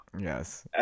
Yes